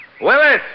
Willis